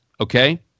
okay